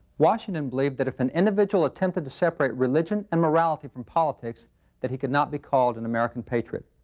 washington believed that if an individual attempted to separate religion and morality from politics that he could not be called an american patriot.